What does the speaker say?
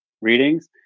readings